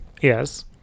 Yes